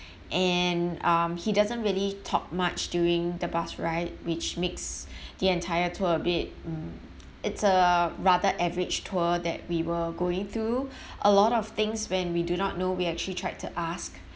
and um he doesn't really talk much during the bus ride which makes the entire tour a bit it's a rather average tour that we were going through a lot of things when we do not know we actually tried to ask